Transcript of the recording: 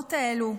והלוחמות האלה,